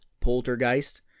Poltergeist